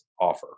offer